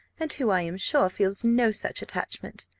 and who, i am sure, feels no such attachment.